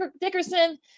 Dickerson